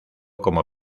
como